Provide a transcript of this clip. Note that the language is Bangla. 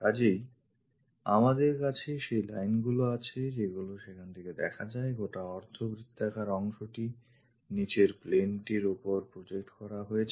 কাজেই আমাদের কাছে সেই lineগুলি আছে যেগুলি সেখানে দেখা যায় গোটা অর্ধবৃত্তাকার অংশটি নিচের plane টির ওপর project করা হয়েছে